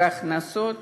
והכנסות